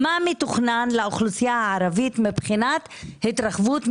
מה מתוכנן לאוכלוסייה הערבית מבחינת התרחבות,